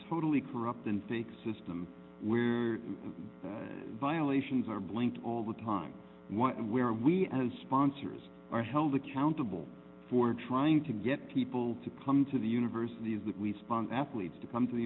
totally corrupt and take system where violations are blank all the time where we as sponsors are held accountable for trying to get people to come to the universities that we sponsor athletes to come to the